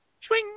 Swing